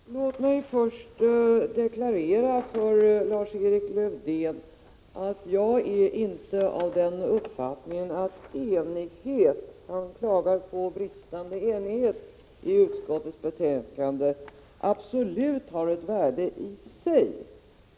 Herr talman! Låt mig först deklarera för Lars-Erik Lövdén — som klagar på bristande enighet i utskottets betänkande — att jag inte är av den uppfattningen att enighet absolut har ett värde i sig.